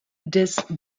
des